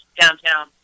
downtown